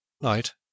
Night